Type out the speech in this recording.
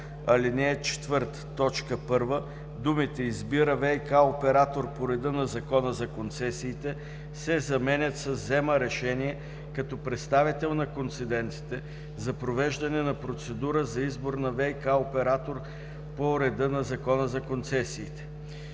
ал. 4, т. 1 думите „избира ВиК оператор по реда на Закона за концесиите“ се заменят с „взема решение като представител на концедентите за провеждане на процедура за избор на ВиК оператор по реда на Закона за концесиите“.